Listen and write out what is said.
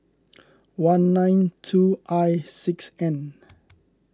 one nine two I six N